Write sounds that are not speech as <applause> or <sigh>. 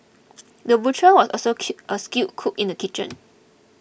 <noise> the butcher was also kill a skilled cook in the kitchen